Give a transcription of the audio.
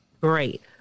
great